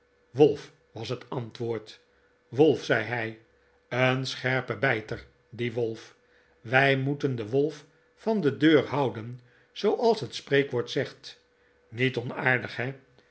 wolf was het antwoord wolf zei hij een scherpe bijter die wolf wij moeten den wolf van de deur houden zooals het spreekwoord zegt niet onaardig he